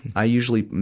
i usually,